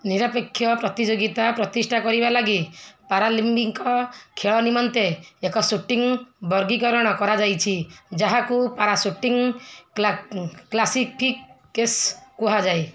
ନିରପେକ୍ଷ ପ୍ରତିଯୋଗିତା ପ୍ରତିଷ୍ଠା କରିବା ଲାଗି ପାରାଅଲମ୍ପିକ୍ ଖେଳ ନିମନ୍ତେ ଏକ ସୁଟିଂ ବର୍ଗୀକରଣ କରାଯାଇଛି ଯାହାକୁ ପାରାସୁଟିଂ କ୍ଲାସିଫିକେସନ୍ କୁହାଯାଏ